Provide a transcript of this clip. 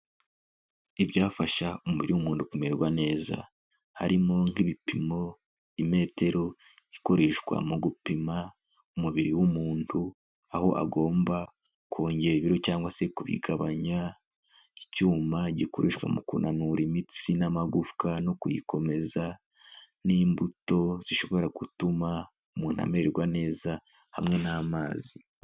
Ibyafasha umubiri w'umuntu kumererwa neza: harimo nk'ibipimo, imetero ikoreshwa mu gupima umubiri w'umuntu aho agomba kongera ibiro cyangwa se kurigabanya, icyuma gikoreshwa mu kunanura imitsi n'amagufwa no kuyikomeza, n'imbuto zishobora gutuma umuntu amererwa neza, hamwe n'amazi.